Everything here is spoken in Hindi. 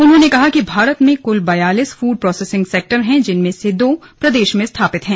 उन्होंने कहा कि भारत में बयालीस फूड प्रोसेसिंग सेक्टर हैं जिनमें से दो प्रदेश में स्थापित हैं